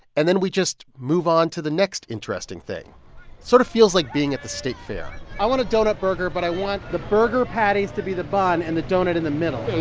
and then we just move on to the next interesting thing. it sort of feels like being at the state fair i want a doughnut burger, but i want the burger patties to be the bun and the doughnut in the middle